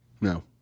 No